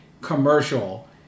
commercial